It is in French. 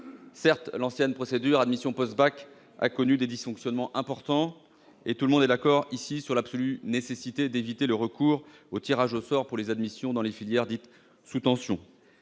Certes, l'ancienne procédure admission post-bac a connu des dysfonctionnements importants et tout le monde s'accorde ici sur l'absolue nécessité d'éviter le recours au tirage au sort pour les admissions dans les filières dites « sous tension